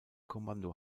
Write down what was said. kommando